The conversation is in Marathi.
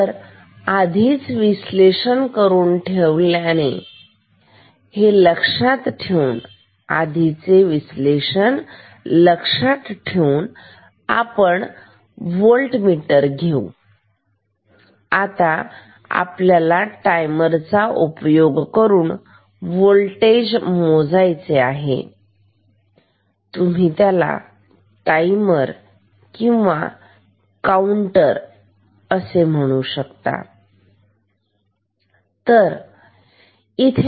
हे आधीच विश्लेषण लक्षात ठेवून आपण होईल व्होल्टमीटर घेऊ आता टायमर चा उपयोग करून होल्टेज मोजायचे आहे तुम्ही त्याला टाइमर किंवा काउंटर असे म्हणू शकता